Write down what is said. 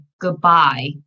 goodbye